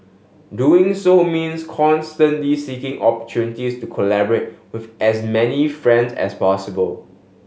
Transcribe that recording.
doing so means constantly seeking opportunities to collaborate with as many friends as possible